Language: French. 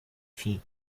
fille